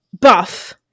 buff